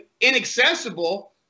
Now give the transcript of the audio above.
inaccessible